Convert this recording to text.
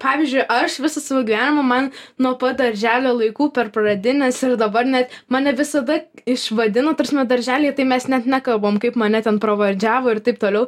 pavyzdžiui aš visą savo gyvenimą man nuo pat darželio laikų per pradines ir dabar net mane visada išvadino ta prasme darželyje tai mes net nekalbam kaip mane ten pravardžiavo ir taip toliau